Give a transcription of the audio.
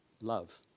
Love